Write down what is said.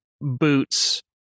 boots